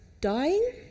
dying